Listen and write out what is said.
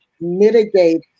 mitigate